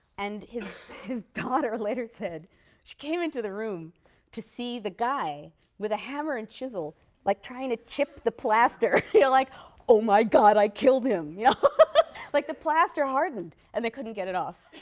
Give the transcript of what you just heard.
and his his daughter later said she came into the room to see the guy with a hammer and chisel like trying to chip the plaster yeah like oh, my god, i killed him yeah like the plaster hardened and they couldn't get it off